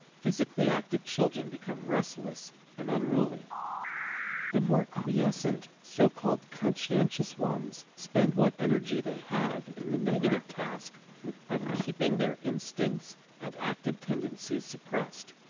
physically active children become restless and unruly the more quiescent, so-called conscientious ones spend what energy they have in the negative task of keeping their instincts and active tendencies suppressed,